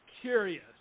curious